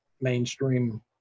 mainstream